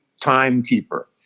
timekeeper